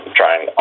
trying